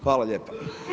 Hvala lijepa.